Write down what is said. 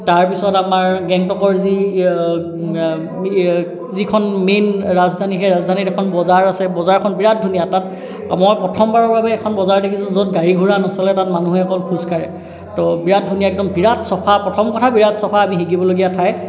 তাৰপিছত আমাৰ গেংটকৰ যি যিখন মেইন ৰাজধানী সেই ৰাজধানীত এখন বজাৰ আছে বজাৰখন বিৰাট ধুনীয়া তাত মই প্ৰথমবাৰৰ বাবে এখন বজাৰ দেখিছোঁ য'ত গাড়ী গোড়া নচলে তাত মানুহে অকল খোজ কাঢ়ে ত' বিৰাট ধুনীয়া একদম বিৰাট চফা প্ৰথম কথা বিৰাট চফা আমি শিকিবলগীয়া ঠাই